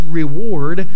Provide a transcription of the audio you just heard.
reward